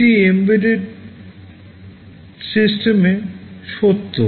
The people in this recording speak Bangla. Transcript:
এটি এম্বেডেড সিস্টেমে সত্য